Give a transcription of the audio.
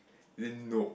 didn't know